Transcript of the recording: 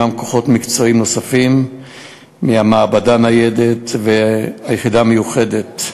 ועמם כוחות מקצועיים נוספים מהמעבדה הניידת והיחידה המיוחדת,